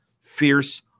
Fierce